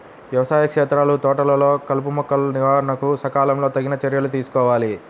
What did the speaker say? వ్యవసాయ క్షేత్రాలు, తోటలలో కలుపుమొక్కల నివారణకు సకాలంలో తగిన చర్యలు తీసుకోవాలి